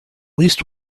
least